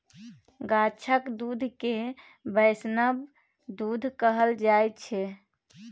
गाछक दुध केँ बैष्णव दुध कहल जाइ छै